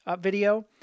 video